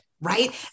Right